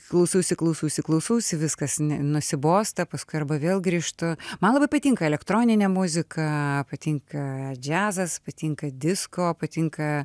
klausausi klausausi viskas nusibosta paskui arba vėl grįžtu man labai patinka elektroninė muzika patinka džiazas patinka disko patinka